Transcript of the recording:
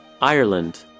Ireland